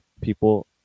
people